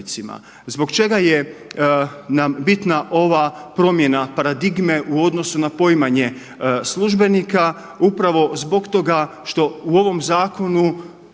Zbog čega je nam bitna ova promjena paradigme u odnosu na poimanje službenika, upravo zbog toga što u ovom zakonu